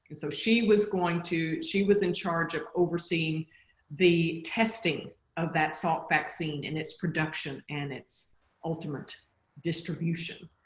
and so she was going to she was in charge of overseeing the testing of that salt vaccine in its production and its ultimate distribution.